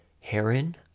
heron